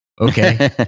Okay